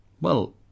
Well